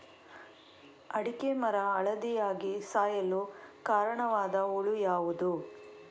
ಅಡಿಕೆ ಮರ ಹಳದಿಯಾಗಿ ಸಾಯಲು ಕಾರಣವಾದ ಹುಳು ಯಾವುದು?